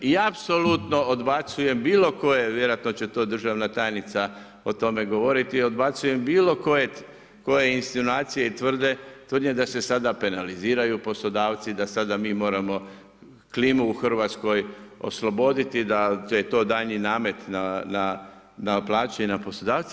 I apsolutno odbacujem bilo koje, vjerojatno će to državna tajnica o tome govoriti i odbacujem bilo koje insinuacije i tvrdnje da se sada penaliziraju poslodavci, da sada mi moramo klimu u Hrvatskoj osloboditi da je to daljnji namet na plaće i na poslodavce.